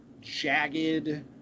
jagged